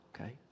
okay